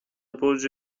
برج